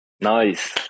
nice